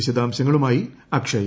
വിശദാശംങ്ങളുമായി Akshay